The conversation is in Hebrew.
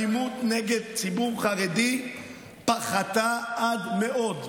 האלימות נגד ציבור חרדי פחתה עד מאוד,